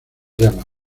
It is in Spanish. llamas